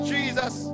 Jesus